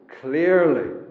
clearly